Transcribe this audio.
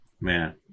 man